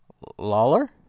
Lawler